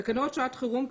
תקנות שעת חירום,